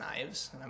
knives